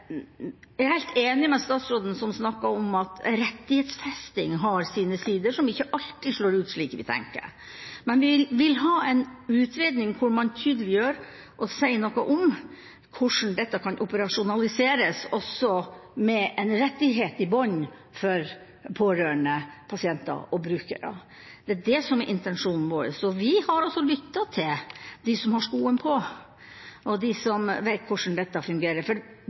Jeg er helt enig med statsråden, som snakket om at rettighetsfesting har sine sider, som ikke alltid slår ut slik vi tenker, men vi vil ha en utredning hvor man tydeliggjør og sier noe om hvordan dette kan operasjonaliseres også med en rettighet i bunnen for pårørende, pasienter og brukere. Det er det som er intensjonen vår. Og vi har lyttet til dem som har skoen på, og som vet hvordan dette fungerer.